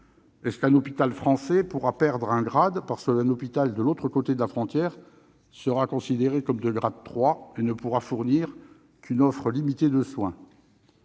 grade 1 ? Un hôpital français pourra-t-il perdre un grade parce qu'un hôpital situé de l'autre côté de la frontière sera considéré comme de grade 3 et ne pourra fournir qu'une offre de soins